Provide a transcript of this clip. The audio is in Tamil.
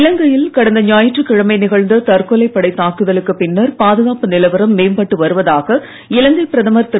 இலங்கையில் கடந்த ஞாயிற்றுகிழமை நிகழ்ந்த தற்கொலைப் படைத் தாக்குலுக்குப் பின்னர் பாதுகாப்பு நிலவரம் மேம்பட்டு வருவதாக இலங்கை பிரதமர் திரு